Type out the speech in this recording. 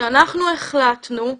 שאנחנו החלטנו,